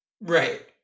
Right